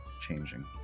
changing